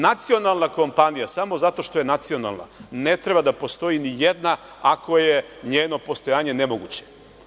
Nacionalna kompanija, samo zato što je nacionalna ne treba da postoji ni jedna ako je njeno postojanje nemoguće.